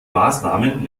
maßnahmen